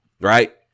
right